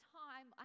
time